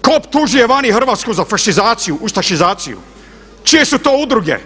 Tko optužuje vani Hrvatsku za fašizaciju, ustašizaciju, čije su to udruge,